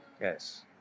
Yes